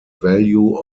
value